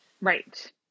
Right